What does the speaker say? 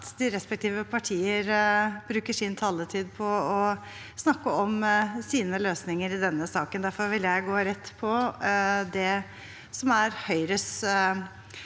de respektive partier bruker sin taletid på å snakke om sine løsninger. Derfor vil jeg gå rett på det som er Høyres